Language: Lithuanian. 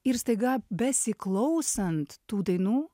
ir staiga besiklausant tų dainų